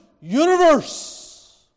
universe